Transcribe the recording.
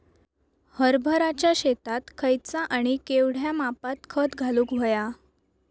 हरभराच्या शेतात खयचा आणि केवढया मापात खत घालुक व्हया?